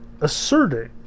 asserting